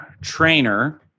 trainer